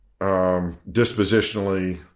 dispositionally